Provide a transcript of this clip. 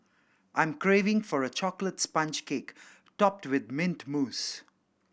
I'm craving for a chocolate sponge cake topped with mint mousse